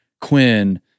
Quinn